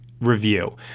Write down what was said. review